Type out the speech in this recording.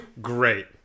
Great